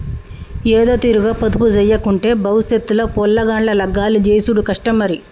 ఏదోతీరుగ పొదుపుజేయకుంటే బవుసెత్ ల పొలగాండ్ల లగ్గాలు జేసుడు కష్టం మరి